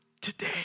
today